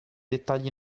dettagli